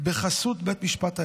בחסות בית המשפט העליון.